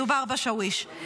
מדובר בשאוויש.